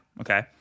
Okay